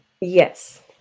Yes